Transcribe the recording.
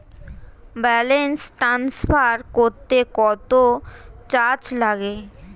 Balance transfer করতে কত charge লাগে?